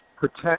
protect